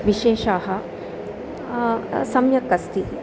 विशेषाः सम्यक् अस्ति